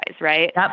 right